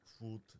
food